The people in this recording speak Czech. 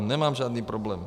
Nemám žádný problém.